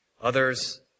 others